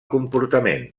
comportament